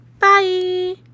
Bye